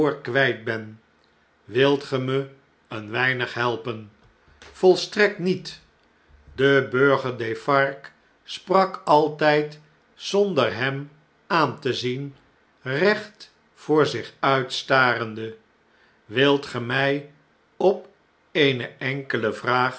kwijt ben wilt ge me een weinig helpen volstrekt niet de burger defarge sprak altijd zonder hem aan te zien recht voor zich uit starende wilt ge mg op eene enkele vraag